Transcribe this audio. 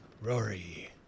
Rory